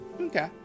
Okay